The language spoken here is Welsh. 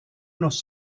nos